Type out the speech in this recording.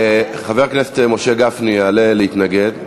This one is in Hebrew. חבר הכנסת משה גפני יעלה להתנגד.